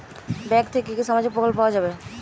Bank থেকে কি কি সামাজিক প্রকল্প পাওয়া যাবে?